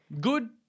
Good